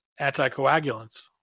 anticoagulants